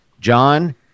John